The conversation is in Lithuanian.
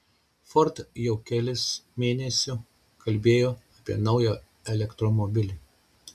ford jau kelis mėnesiu kalbėjo apie naują elektromobilį